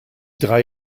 drei